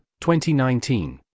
2019